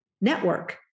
network